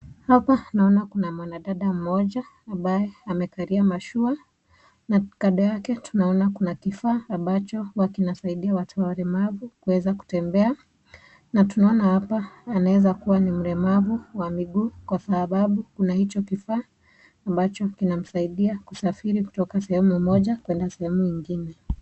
Hapa naona kuna mwanadada moja, ambaye amekalia mashua na kando yake tunaona kuna kifaa ambacho huwa kinasaidia watu walemavu kuweza kutembea, na tunaona hapa anaweza kuwa ni mlemavu wa miguu kwa sababu, kuna hicho kifaa ambacho kinamsaidia kusafiri kutoka sehemu moja kwenda sehemu ingine.